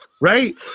Right